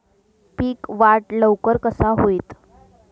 पीक वाढ लवकर कसा होईत?